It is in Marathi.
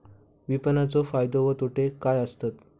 विपणाचो फायदो व तोटो काय आसत?